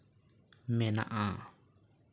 ᱢᱮᱱᱟᱜᱼᱟ